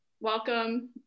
Welcome